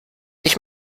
ich